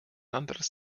anderes